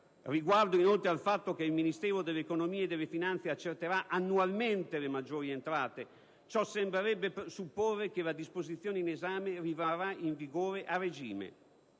«Riguardo inoltre al fatto che il Ministero dell'economia e delle finanze accerterà annualmente le maggiori entrate, ciò sembrerebbe supporre che la disposizione in esame rimarrà in vigore a regime»?